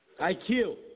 IQ